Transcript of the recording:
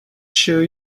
sure